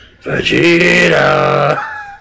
Vegeta